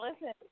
listen